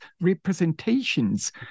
representations